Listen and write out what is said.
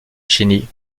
jenny